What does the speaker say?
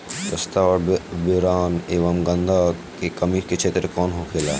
जस्ता और बोरान एंव गंधक के कमी के क्षेत्र कौन होखेला?